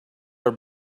are